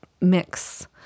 mix